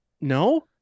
no